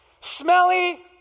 smelly